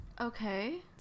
okay